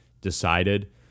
Decided